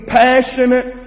passionate